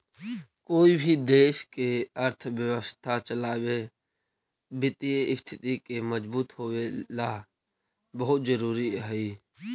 कोई भी देश के अर्थव्यवस्था चलावे वित्तीय स्थिति के मजबूत होवेला बहुत जरूरी हइ